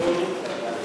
יום שבתון),